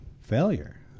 failure